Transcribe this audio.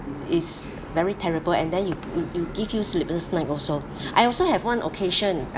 is very terrible and then you you you will give you sleepless night also I also have one occasion